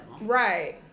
Right